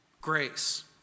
grace